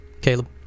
Caleb